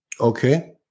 Okay